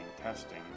Testing